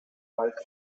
five